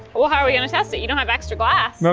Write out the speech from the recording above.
well, how are we gonna test it? you don't have extra glass. no,